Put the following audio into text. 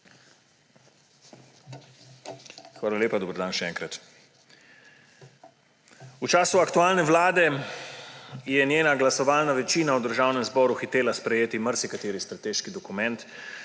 Hvala lepa. Dober dan še enkrat! V času aktualne vlade je njena glasovalna večina v Državnem zboru hitela sprejeti marsikateri strateški dokument,